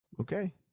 Okay